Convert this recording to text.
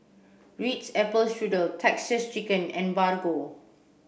Ritz Apple Strudel Texas Chicken and Bargo